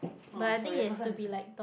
but I think it has to be like